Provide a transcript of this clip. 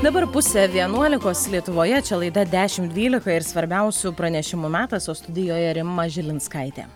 dabar pusė vienuolikos lietuvoje čia laida dešim dvylika ir svarbiausių pranešimų metas o studijoje rima žilinskaitė